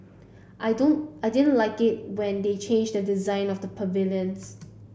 I don't I didn't like it when they changed the design of the pavilions